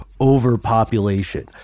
overpopulation